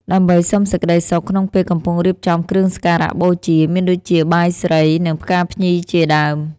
ដើម្បីសុំសេចក្តីសុខក្នុងពេលកំពុងរៀបចំគ្រឿងសក្ការៈបូជា មានដូចជាបាយស្រី និងផ្កាភ្ញីជាដើម។